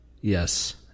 Yes